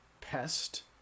pest